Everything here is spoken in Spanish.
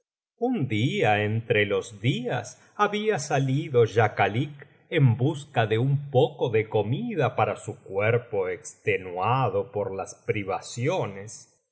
un día entre los días había salido schakalik en busca de un poco de comida para su cuerpo extenuado por las privaciones y